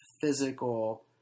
physical